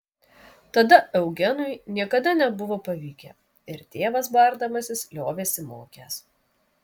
tada eugenui niekada nebuvo pavykę ir tėvas bardamasis liovėsi mokęs